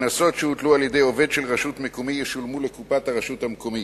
קנסות שהוטלו על-ידי עובד של רשות מקומית ישולמו לקופת הרשות המקומית.